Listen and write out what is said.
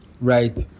Right